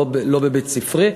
לא בבית-ספרי.